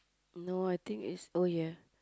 no I think is oh ya